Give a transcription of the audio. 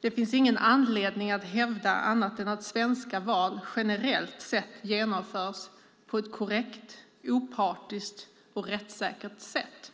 Det finns ingen anledning att hävda annat än att svenska val generellt sett genomförs på ett korrekt, opartiskt och rättssäkert sätt.